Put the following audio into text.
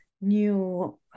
new